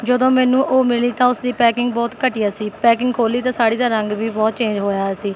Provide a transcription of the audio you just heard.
ਜਦੋਂ ਮੈਨੂੰ ਉਹ ਮਿਲੀ ਤਾਂ ਉਸਦੀ ਪੈਕਿੰਗ ਬਹੁਤ ਘਟੀਆ ਸੀ ਪੈਕਿੰਗ ਖੋਲ੍ਹੀ ਤਾਂ ਸਾੜੀ ਦਾ ਰੰਗ ਵੀ ਬਹੁਤ ਚੇਂਜ ਹੋਇਆ ਹੋਇਆ ਸੀ